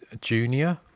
Junior